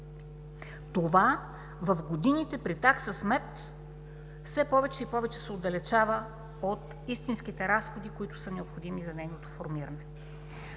Това в годините при такса смет все повече и повече се отдалечава от истинските разходи, които са необходими за нейното формиране.